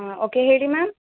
ಹಾಂ ಓಕೆ ಹೇಳಿ ಮ್ಯಾಮ್